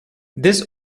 this